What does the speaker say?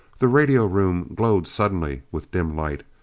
the radio room glowed suddenly with dim light,